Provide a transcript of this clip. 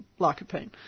lycopene